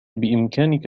بإمكانك